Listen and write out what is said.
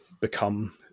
become